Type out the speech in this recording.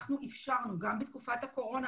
אנחנו אפשרנו גם בתקופת הקורונה,